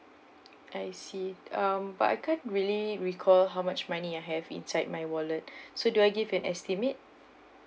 I see uh but I can't really recall how much money I have inside my wallet so do I give an estimate